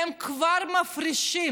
הם כבר מפרישים